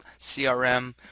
CRM